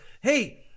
hey